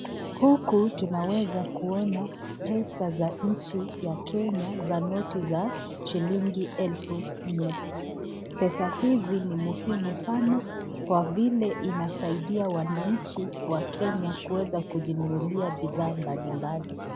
Huku tunaweza kuona pesa za nchi ya Kenya za noti za shilingi elfu nne. Pesa hizi ni muhimu sana kwa vile inasaidia wananchi wa Kenya kuweza kujinunulia bidhaa mbalimbali.